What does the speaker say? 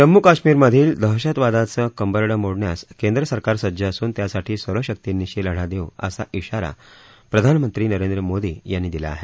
जम्मू कश्मिरमधील दहशतवादाचं कंबरडं मोडण्यास केंद्रसरकार सज्ज असून त्यासाठी सर्व शक्तिनिशी लढा देऊ असा इशारा प्रधानमंत्री नरेंद्र मोदी यांनी दिला आहे